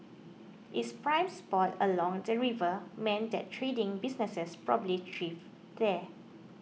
it's prime spot along the river meant that trading businesses probably thrived there